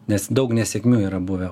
nes daug nesėkmių yra buvę